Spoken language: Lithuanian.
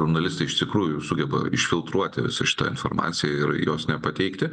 žurnalistai iš tikrųjų sugeba išfiltruoti visą šitą informaciją ir jos nepateikti